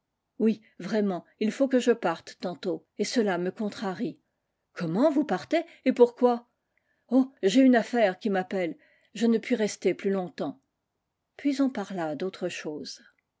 oui vraiment il faut que je parte tantôt et cela me contrarie comment vous partez et pourquoi oh j'ai une affaire qui m'appelle je ne puis rester plus longtemps puis on parla d'autre chose